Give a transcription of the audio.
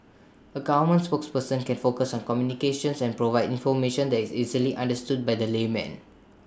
A government spokesperson can focus on communications and provide information that is easily understood by the layman